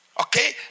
Okay